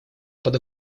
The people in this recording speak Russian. под